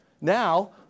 Now